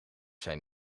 zijn